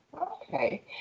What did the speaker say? Okay